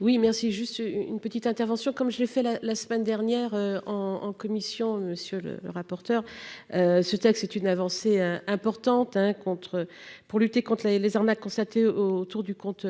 Oui merci. Juste une petite intervention comme je l'ai fait la, la semaine dernière en en commission. Monsieur le rapporteur. Ce texte, c'est une avancée importante hein contre pour lutter contre les arnaques constatés autour du compte.